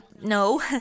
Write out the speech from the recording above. no